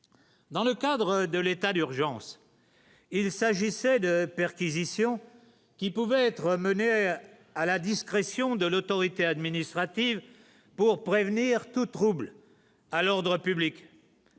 dans le cadre de l'état d'urgence, il s'agissait de perquisitions qui pouvaient être menés à la discrétion de l'autorité administrative pour prévenir tout trouble à l'ordre public.